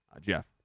Jeff